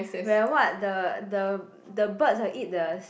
where what the the the birds are eat the